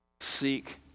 seek